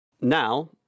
Now